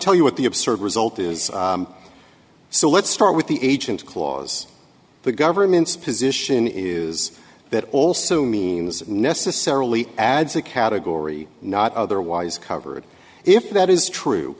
tell you what the absurd result is so let's start with the agent clause the government's position is that also means necessarily adds a category not otherwise covered if that is true